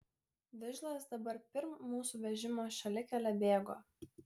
vižlas dabar pirm mūsų vežimo šalikele bėgo